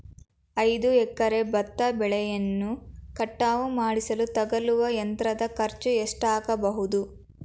ಐದು ಎಕರೆ ಭತ್ತ ಬೆಳೆಯನ್ನು ಕಟಾವು ಮಾಡಿಸಲು ತಗಲುವ ಯಂತ್ರದ ಖರ್ಚು ಎಷ್ಟಾಗಬಹುದು?